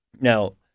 Now